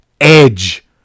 Edge